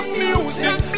music